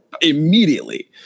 immediately